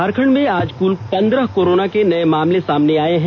झारखंड में आज कुल पन्द्रह कोरोना के नये मामले सामने आये हैं